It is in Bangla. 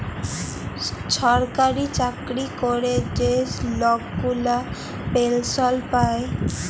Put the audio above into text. ছরকারি চাকরি ক্যরে যে লক গুলা পেলসল পায়